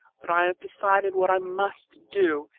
but i have decided what i must do,